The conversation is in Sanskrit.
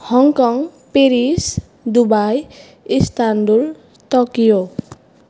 Hong Kong Paris Dubai Istanbul Tokyo